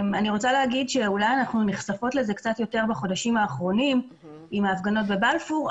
שאולי אנחנו נחשפות לזה קצת יותר בחודשים האחרונים עם ההפגנות בבלפור,